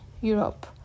Europe